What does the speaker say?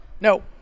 No